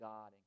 God